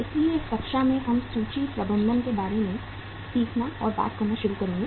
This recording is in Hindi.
इसलिए इस कक्षा में हम सूची प्रबंधन के बारे में सीखना और बात करना शुरू करेंगे